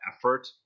effort